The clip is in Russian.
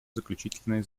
заключительные